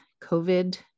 COVID